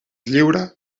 lliure